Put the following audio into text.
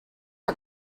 are